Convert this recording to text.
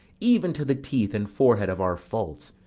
even to the teeth and forehead of our faults,